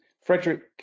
frederick